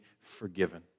forgiven